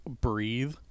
breathe